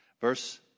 Verse